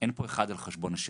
אין פה אחד על חשבון השני,